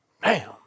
Bam